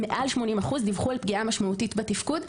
מעל ל-80 אחוז דיווחו על פגיעה משמעותית בתפקוד.